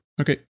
Okay